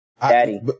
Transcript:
Daddy